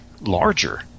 larger